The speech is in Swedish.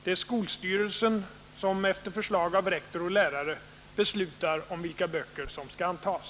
Det är skolstyrelsen som, efter förslag av rektor och lärare, beslutar om vilka böcker som skall antas.